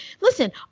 listen